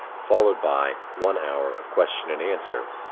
followed by one hour of question and answer,